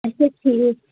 اَچھا ٹھیٖک